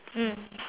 mm